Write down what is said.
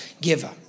giver